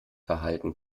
verhalten